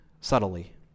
subtly